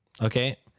okay